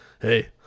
hey